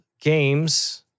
games